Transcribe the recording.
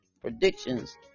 predictions